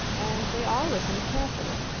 and they all listened carefully.